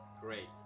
Great